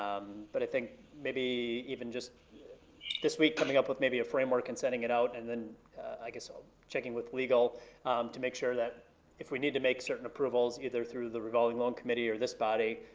um but i think maybe even just this week coming up with maybe a framework and sending it out, and i guess ah ah checking with legal to make sure that if we need to make certain approvals, either through the revolving loan committee or this body,